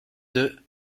deux